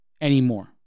anymore